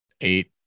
eight